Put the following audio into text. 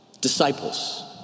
disciples